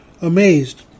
amazed